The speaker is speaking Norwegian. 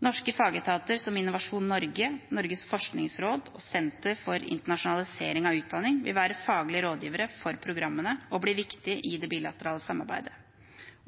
Norske fagetater som Innovasjon Norge, Norges forskningsråd og Senter for internasjonalisering av utdanning vil være faglige rådgivere for programmene og blir viktige i det bilaterale samarbeidet.